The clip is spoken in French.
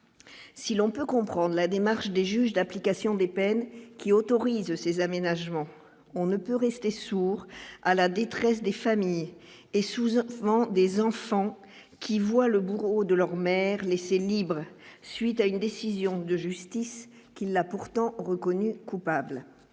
si l'on peut comprendre la démarche des juges d'application des peines qui autorise ces aménagements, on ne peut rester sourd à la détresse des familles et sous un mouvement des enfants qui voient le bourreau de leur mère, laissée libre suite à une décision de justice qui l'a pourtant reconnu coupable